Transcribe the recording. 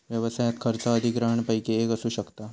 व्यवसायात खर्च अधिग्रहणपैकी एक असू शकता